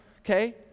okay